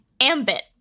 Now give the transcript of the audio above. ambit